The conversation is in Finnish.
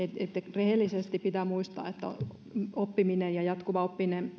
rehellisesti pitää muistaa että oppiminen ja jatkuva oppiminen